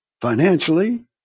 financially